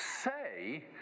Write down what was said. say